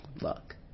luck